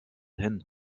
hin